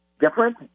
different